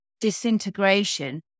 disintegration